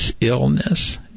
illness